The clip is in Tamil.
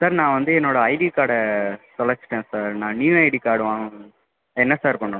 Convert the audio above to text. சார் நான் வந்து என்னோட ஐடி கார்டை தொலைச்சிவிட்டேன் சார் நான் நியூ ஐடி கார்டு வாங்கனும் என்ன சார் பண்ணனும்